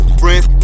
friends